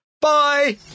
Bye